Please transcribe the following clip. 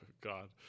God